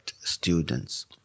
students